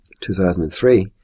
2003